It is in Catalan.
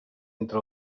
entre